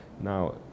Now